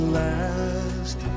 last